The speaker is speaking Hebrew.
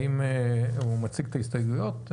האם הוא מציג את ההסתייגויות?